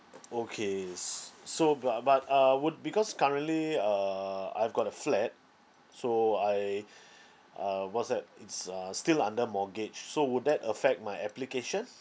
okays so bu~ but uh I would because currently uh I've got a flat so I uh what's that it's uh still under mortgage so would that affect my application